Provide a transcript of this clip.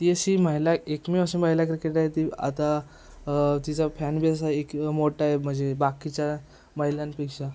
ती अशी महिला एकमेव अशी महिला क्रिकेटर आहे ती आता तिचा फॅनबेस हा असा एक मोठा आहे म्हणजे बाकीच्या महिलांपेक्षा